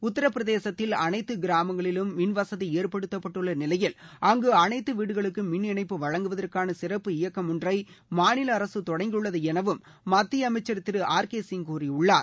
உத்தரப்பிரதேசத்தில் அனைத்து கிராமங்களிலும் மின்வசதி ஏற்படுத்தப்பட்டுள்ள நிலையில் அங்கு அளைத்து வீடுகளுக்கும் மின் இணைப்பு வழங்குவதற்காள சிறப்பு இயக்கம் ஒன்றை மாநில அரசு தொடங்கியுள்ளது எனவும் மத்திய அமைச்சர் திரு ஆர் கே சிங் கூறியுள்ளார்